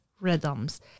rhythms